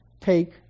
Take